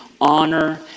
honor